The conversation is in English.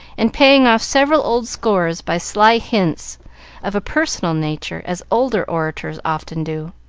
and paying off several old scores by sly hits of a personal nature, as older orators often do.